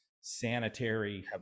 sanitary